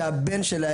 שאני מכיר את הבן שלהם